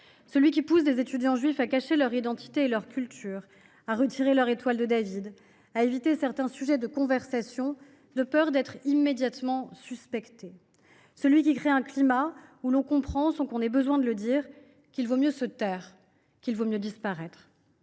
Celui qui pousse des étudiants juifs à cacher leur identité et leur culture, à retirer leur étoile de David, à éviter certains sujets de conversation de peur d’être immédiatement suspectés. Celui qui crée un climat où l’on comprend, sans qu’on ait besoin de le dire, qu’il vaut mieux se taire, qu’il vaut mieux disparaître.